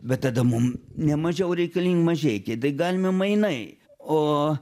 bet tada mum ne mažiau reikalingi mažeikiai tai galime mainai o